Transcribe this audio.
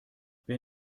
wer